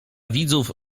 widzów